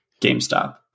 GameStop